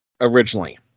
originally